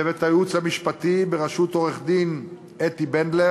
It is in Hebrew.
לצוות הייעוץ המשפטי בראשות עו"ד אתי בנדלר,